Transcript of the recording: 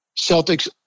Celtics